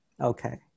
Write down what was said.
Okay